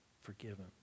forgiven